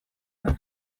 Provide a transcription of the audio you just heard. gara